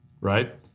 right